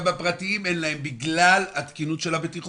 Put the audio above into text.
בפרטיים אין להם בגלל התקינות של הבטיחות.